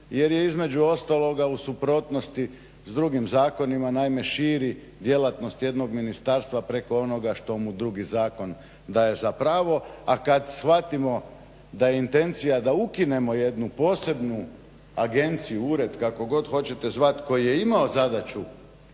jer je između ostaloga u suprotnosti s drugim zakonima, naime širi djelatnost jednog ministarstva preko onoga što mu drugi zakon daje za pravo. A kad shvatimo da je intencija da ukinemo jednu posebnu agenciju, ured, kako god hoćete zvat, koji je imao zadaću